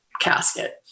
casket